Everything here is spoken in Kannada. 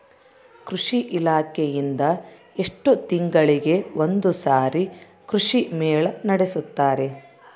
ಕೃಷಿ ಇಲಾಖೆಯಿಂದ ಎಷ್ಟು ತಿಂಗಳಿಗೆ ಒಂದುಸಾರಿ ಕೃಷಿ ಮೇಳ ನಡೆಸುತ್ತಾರೆ?